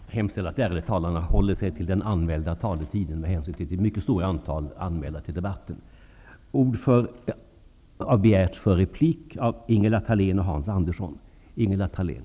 Jag hemställer att de ärade talarna håller sig till den anmälda taletiden med hänsyn till det mycket stora antalet talare som är anmälda till debatten.